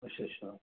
ਅੱਛਾ ਅੱਛਾ